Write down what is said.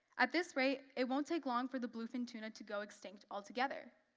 at this rate, it won't take long for the bluefin tuna to go extinct altogether.